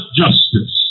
justice